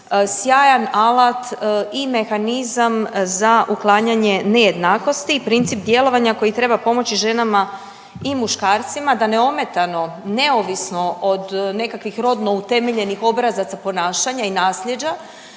sjajan alat i mehanizam za uklanjanje nejednakosti i princip djelovanja koji treba pomoći ženama i muškarcima da neometano, neovisno od nekakvih rodno utemeljenih obrazaca ponašanja i naslijeđa